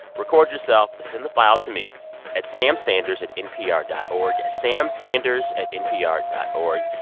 record yourself. send the file to me at samsanders at npr dot o r g samsanders at npr dot o r g.